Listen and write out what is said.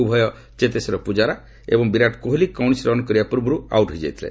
ଉଭୟ ଚେତେଶ୍ୱର ପୂଜାରା ଏବଂ ବିରାଟ କୋହଲି କୌଣସି ରନ୍ କରିବା ପୂର୍ବରୁ ଆଉଟ୍ ହୋଇଯାଇଥିଲେ